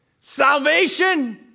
Salvation